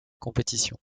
compétition